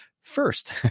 first